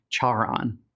Charon